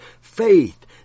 faith